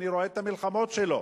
אני רואה את המלחמות שלו.